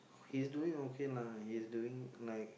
he's doing okay lah he's doing like